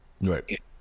Right